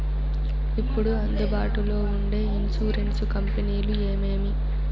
ఇప్పుడు అందుబాటులో ఉండే ఇన్సూరెన్సు కంపెనీలు ఏమేమి?